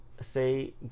say